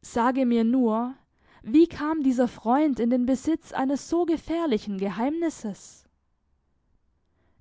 sage mir nur wie kam dieser freund in den besitz eines so gefährlichen geheimnisses